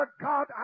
God